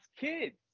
kids